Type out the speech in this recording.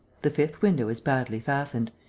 the fifth window is badly fastened.